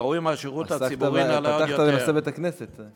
ראוי מהשירות הציבורי נעלה עוד יותר.